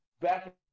back